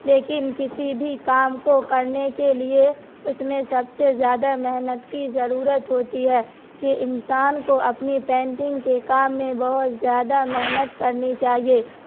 لیکن کسی بھی کام کو کرنے کے لیے اس میں سب سے زیادہ محنت کی ضرورت ہوتی ہے کہ انسان کو اپنی پینٹنگ کے کام میں بہت زیادہ محنت کرنی چاہیے